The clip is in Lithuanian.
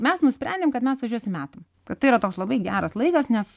mes nusprendėm kad mes važiuosim metam kad tai yra toks labai geras laikas nes